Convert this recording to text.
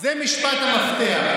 זה משפט המפתח.